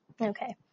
Okay